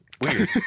Weird